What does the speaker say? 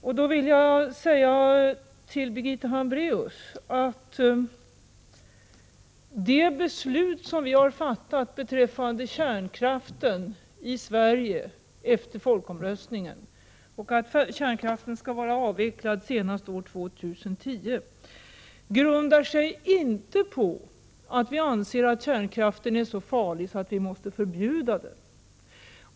Jag vill säga till Birgitta Hambraeus, att det beslut som vi har fattat beträffande kärnkraften i Sverige efter folkomröstningen, att kärnkraften skall vara avvecklad senast år 2010, grundar sig inte på att vi anser att kärnkraften är så farlig att vi måste förbjuda den.